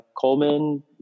Coleman